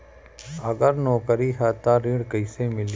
अगर नौकरी ह त ऋण कैसे मिली?